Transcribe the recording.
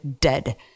dead